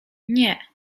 nie